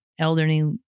Elderly